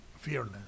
fearless